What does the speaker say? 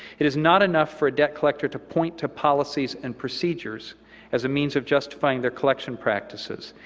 it is not enough for a debt collector to point to policies and procedures as a means of justifying their collection practices.